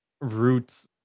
roots